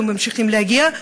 וממשיכים להגיע?